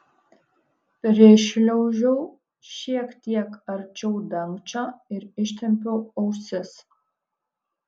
prišliaužiau šiek tiek arčiau dangčio ir ištempiau ausis